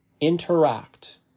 interact